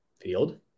Field